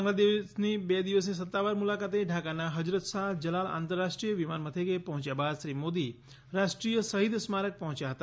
બાંગ્લાદેશની બે દિવસની સત્તાવાર મુલાકાતે ઢાકાનાં હઝરત શાહ જલાલ આંતરરાષ્ટ્રીય વિમાન મથકે પહોંચ્યા બાદ શ્રી મોદી રાષ્ટ્રીય શહિદ સ્મારક પહોંચ્યા હતા